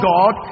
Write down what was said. God